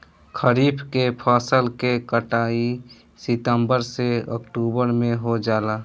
खरीफ के फसल के कटाई सितंबर से ओक्टुबर में हो जाला